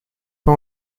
pas